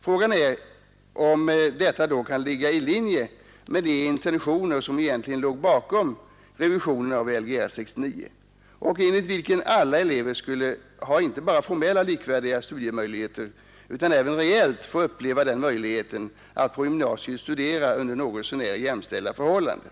Frågan är om detta då kan ligga i linje med de intentioner som egentligen låg bakom revisionen av Lgr 69 och enligt vilken alla elever skulle ha inte bara formellt likvärdiga studiemöjligheter utan även reellt få uppleva den möjligheten att på gymnasiet studera under något så när jämställda förhållanden.